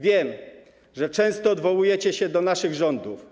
Wiem, że często odwołujecie się do naszych rządów.